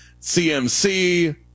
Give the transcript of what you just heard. CMC